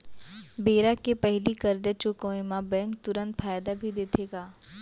बेरा के पहिली करजा चुकोय म बैंक तुरंत फायदा भी देथे का?